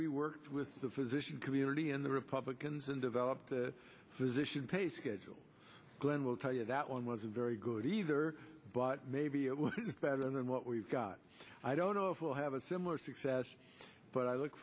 we worked with the physician community and the republicans and developed the physician pay schedule glen will tell you that one was a very good either but maybe it was better than what we've got i don't know if we'll have a similar success but i look